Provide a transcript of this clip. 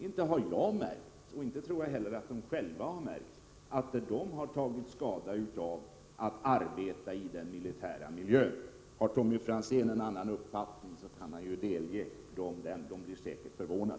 Jag har inte märkt, och jag tror inte heller att den själv har gjort det, att den skulle ha tagit skada av att arbeta i den militära miljön. Har Tommy Franzén någon annan uppfattning kan han ju delge personalen denna — den kommer säkerligen att bli förvånad.